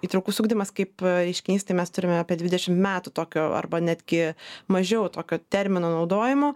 įtraukus ugdymas kaip reiškinys tai mes turime apie dvidešim metų tokio arba netgi mažiau tokio termino naudojimo